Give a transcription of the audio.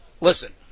Listen